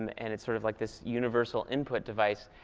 um and it's sort of like this universal input device.